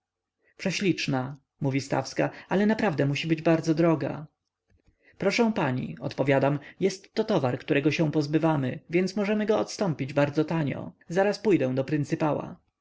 u-hu prześliczna mówi stawska ale naprawdę musi być bardzo droga proszę pani odpowiadam jestto towar którego się pozbywamy więc możemy go odstąpić bardzo tanio zaraz pójdę